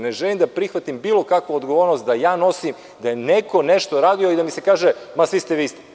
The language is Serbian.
Ne želim da prihvatim bilo kakvu odgovornost da ja nosim to da je neko nešto radio i da mi se kaže – ma, svi ste vi isti.